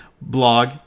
blog